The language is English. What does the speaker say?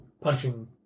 punching